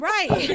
Right